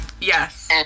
Yes